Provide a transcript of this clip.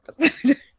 episode